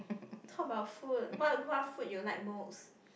talk about food what what food you like most